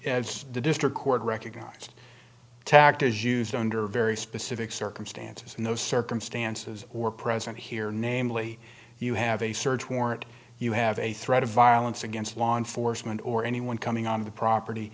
ma'am the district court recognized attacked as used under very specific circumstances and those circumstances were present here namely you have a search warrant you have a threat of violence against law enforcement or anyone coming on the property